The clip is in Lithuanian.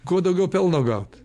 kuo daugiau pelno gaut